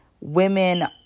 women